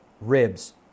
ribs